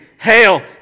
Hail